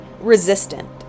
resistant